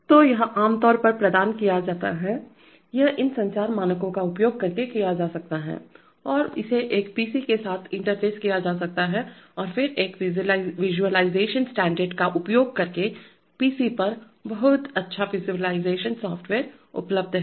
तो यह आमतौर पर प्रदान किया जाता है यह इन संचार मानकों का उपयोग करके किया जा सकता है और इसे एक PC के साथ इंटरफेस किया जा सकता है और फिर एक विज़ुअलाइज़ेशन स्टैण्डर्ड का उपयोग करकेPC पर बहुत अच्छा विज़ुअलाइज़ेशन सॉफ़्टवेयर उपलब्ध है